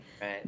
right